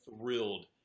thrilled